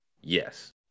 Yes